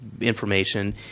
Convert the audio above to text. information